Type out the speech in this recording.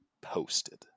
posted